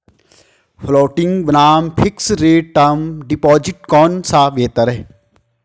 Floating बनाम fixed rate term deposit कौन सा बेहतर है?